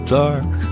dark